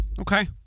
okay